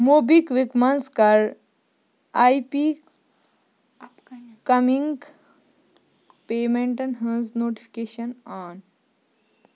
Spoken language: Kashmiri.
موبی کُوِک منٛٛز کَر آی پی کَمِنٛگ پیمٮ۪نٛٹَن ہٕنٛز نوٹفِکیشَن آن